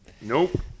Nope